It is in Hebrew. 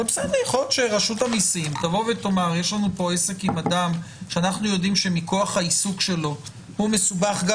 אבל אם רשות המיסים חושדת שהוא מסובך עם